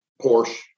Porsche